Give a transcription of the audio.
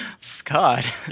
Scott